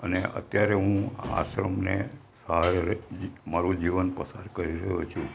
અને અત્યારે હું આશ્રમને મારું જીવન પસાર કરી રહ્યો છું